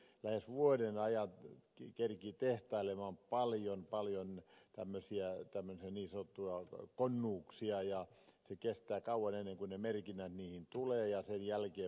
hän voi lähes vuoden ajan keritä tehtailla paljon paljon tämmöisiä niin sanottuja konnuuksia ja kestää kauan ennen kuin ne merkinnät niihin tulevat